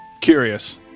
curious